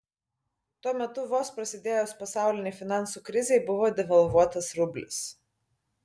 tuo metu vos prasidėjus pasaulinei finansų krizei buvo devalvuotas rublis